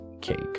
cake